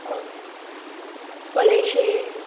कळेशी